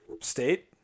State